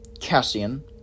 Cassian